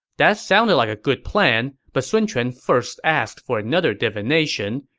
that sounded like a good plan, but sun quan first asked for another divination,